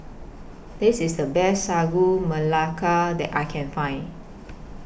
This IS The Best Sagu Melaka that I Can Find